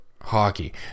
hockey